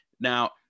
Now